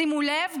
שימו לב,